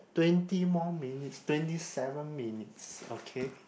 twenty more minutes twenty seven minutes okay